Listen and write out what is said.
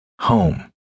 home